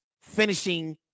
finishing